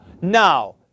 now